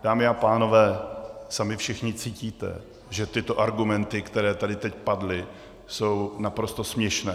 Dámy a pánové, sami všichni cítíte, že tyto argumenty, které tady teď padly, jsou naprosto směšné.